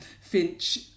Finch